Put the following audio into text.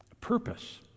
purpose